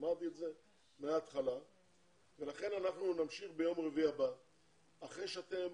אמרתי את זה מהתחלה ולכן אנחנו נמשיך ביום רביעי הבא אחרי שאתם,